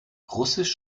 russisch